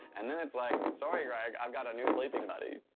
and then it's like, sorry, greg! i've got a new sleeping buddy!